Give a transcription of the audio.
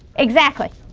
exactly,